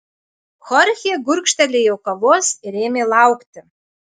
chorchė gurkštelėjo kavos ir ėmė laukti